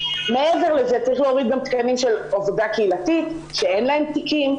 מעבר לזה צריך להוריד גם תקנים של עבודה קהילתית שאין להם תיקים,